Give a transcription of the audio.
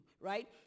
right